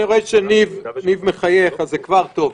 אני רואה שניב מחייך, אז זה כבר טוב.